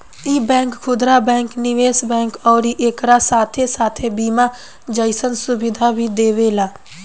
इ बैंक खुदरा बैंक, निवेश बैंक अउरी एकरा साथे साथे बीमा जइसन सुविधा भी देवेला